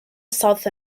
south